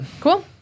Cool